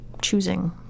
choosing